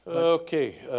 okay,